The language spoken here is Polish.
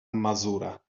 mazura